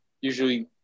usually